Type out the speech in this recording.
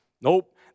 Nope